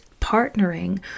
partnering